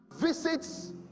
visits